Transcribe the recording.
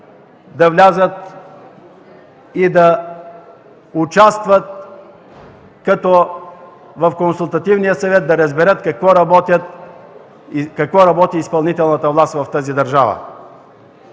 да влязат и да участват в Консултативния съвет, за да разберат какво работи изпълнителната власт в тази държава.